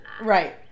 Right